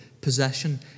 possession